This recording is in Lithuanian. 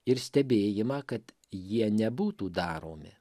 ir stebėjimą kad jie nebūtų daromi